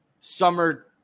summer